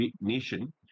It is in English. nation